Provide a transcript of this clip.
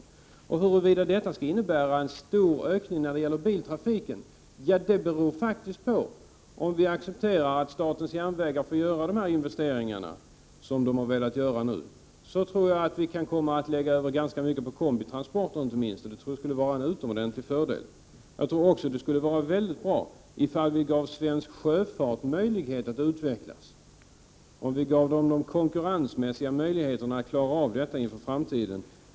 101 Huruvida detta skall innebära en kraftig ökning av biltrafiken beror på om vi accepterar att statens järnvägar får göra de investeringar som man nu har velat göra. Om statens järnvägar får göra de här investeringarna tror jag att vi kan lägga över ganska mycket inte minst på kombitransporter, och det anser jag skulle vara en utomordentlig fördel. Jag anser också att det skulle vara mycket bra om vi lämnade svensk sjöfart möjlighet att utvecklas och gav sjöfarten konkurrensmässiga förutsättningar inför framtiden.